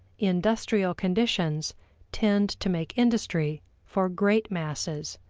industrial conditions tend to make industry, for great masses,